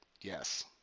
yes